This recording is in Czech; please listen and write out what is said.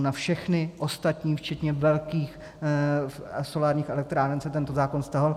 Na všechny ostatní včetně velkých solárních elektráren se tento zákon vztahoval.